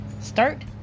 Start